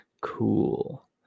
cool